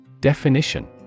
Definition